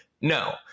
No